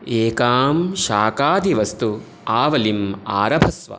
एकां शाकादिवस्तु आवलिम् आरभस्व